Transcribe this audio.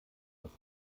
dass